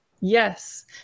Yes